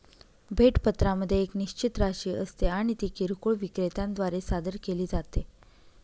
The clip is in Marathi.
भेट पत्रामध्ये एक निश्चित राशी असते आणि ती किरकोळ विक्रेत्या द्वारे सादर केली जाते